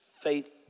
faith